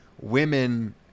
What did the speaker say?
women